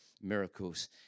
miracles